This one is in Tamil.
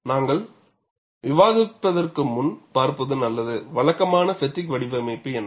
நாங்கள் விவாதிப்பதற்கு முன் பார்ப்பது நல்லது வழக்கமான பெட்டிக் வடிவமைப்பு என்ன